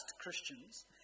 Christians